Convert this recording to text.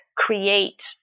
create